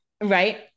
Right